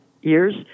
years